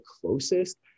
closest